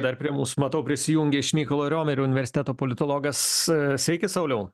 dar prie mūsų matau prisijungė iš mykolo riomerio universiteto politologas sveiki sauliau